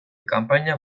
kanpaina